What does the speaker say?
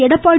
Edappadi